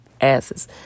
asses